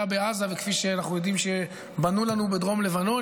בעזה וכפי שאנחנו יודעים שבנו לנו בדרום לבנון,